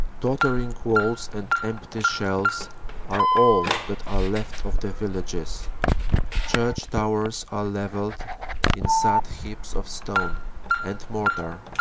tottering walls and empty shells are all that are left of the villages church towers are levelled in sad heaps of stone and mortar,